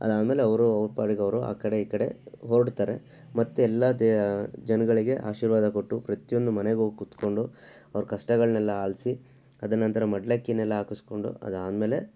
ಅದು ಆದಮೇಲೆ ಅವರು ಅವರ ಪಾಡಿಗೆ ಅವರು ಆ ಕಡೆ ಈ ಕಡೆ ಹೊರಡ್ತಾರೆ ಮತ್ತೆ ಎಲ್ಲ ಜನಗಳಿಗೆ ಆಶೀರ್ವಾದ ಕೊಟ್ಟು ಪ್ರತಿಯೊಂದು ಮನೆಗೆ ಹೋಗಿ ಕುತ್ಕೊಂಡು ಅವರ ಕಷ್ಟಗಳನ್ನೆಲ್ಲ ಆಲಿಸಿ ಅದ ನಂತರ ಮಡಲಕ್ಕಿನೆಲ್ಲ ಹಾಕಿಸ್ಕೊಂಡು ಅದು ಆದಮೇಲೆ